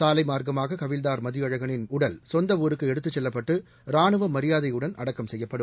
சாலைமார்க்கமாக ஹவில்தார் மதியழகனின் சொந்த ஊருக்கு எடுத்துச் செல்லப்பட்டு ரானுவ மரியாதையுடன் அடக்கம் செய்யப்படும்